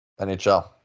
NHL